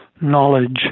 knowledge